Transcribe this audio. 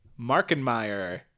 Markenmeyer